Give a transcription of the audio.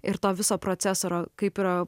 ir to viso procesoro kaip yra